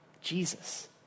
Jesus